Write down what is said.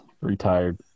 retired